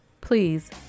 please